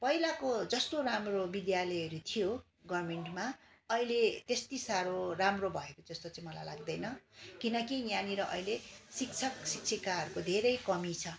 पहिलाको जस्तो राम्रो विद्यालयहरू थियो गभर्मेन्टमा अहिले त्यति साह्रो राम्रो भएको जस्तो चाहिँ मलाई लाग्दैन किनकि यहाँनिर अहिले शिक्षक शिक्षिकाहरूको धेरै कमी छ